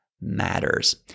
matters